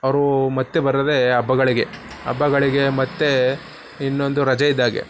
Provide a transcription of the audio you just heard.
ಅವರೂ ಮತ್ತೆ ಬರದೇ ಹಬ್ಬಗಳಿಗೆ ಹಬ್ಬಗಳಿಗೆ ಮತ್ತು ಇನ್ನೊಂದು ರಜೆ ಇದ್ದಾಗೆ